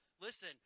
listen